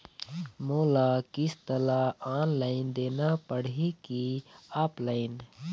मोला किस्त ला ऑनलाइन देना पड़ही की ऑफलाइन?